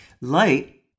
Light